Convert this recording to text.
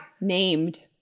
named